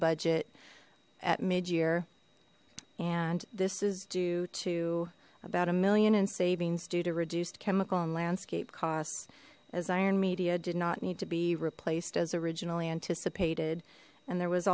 budget at mid year and this is due to about a million in savings due to reduced chemical and landscape costs as i earn media did not need to be replaced as originally anticipated and there was